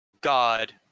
God